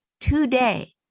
today